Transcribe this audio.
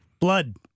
Blood